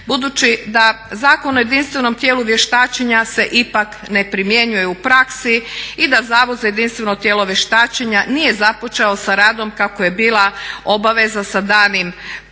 budući da Zakon o jedinstvenom tijelu vještačenja se ipak ne primjenjuje u praksi i da Zavod za jedinstveno tijelo vještačenja nije započeo sa radom kako je bila obaveza sa danom